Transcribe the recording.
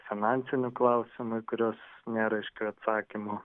finansinių klausimų kuriuos nėra aiškių atsakymų